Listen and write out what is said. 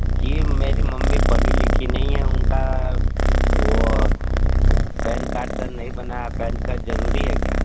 जी मेरी मम्मी पढ़ी लिखी नहीं है उनका वो पैन कार्ड सर नहीं बनाया पैन कार्ड जरूरी है क्या